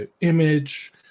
image